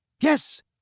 yes